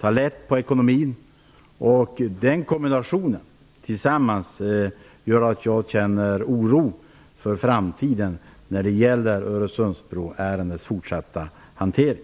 och lätt på ekonomin. Den kombinationen gör att jag känner oro för framtiden när det gäller Öresundsbroärendets fortsatta hantering.